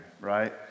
Right